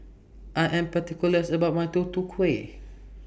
I Am particulars about My Tutu Kueh